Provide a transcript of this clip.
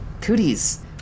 cooties